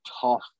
tough